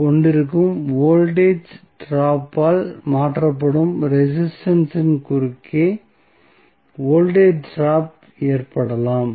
கொண்டிருக்கும் voltage drop ஆல் மாற்றப்படும் ரெசிஸ்டன்ஸ் இன் குறுக்கே வோல்டேஜ் ட்ராப் ஏற்படலாம்